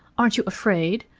aren't you afraid?